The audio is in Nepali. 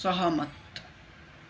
सहमत